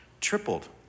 tripled